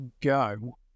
go